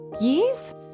years